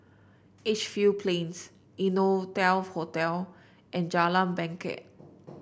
Edgefield Plains Innotel Hotel and Jalan Bangket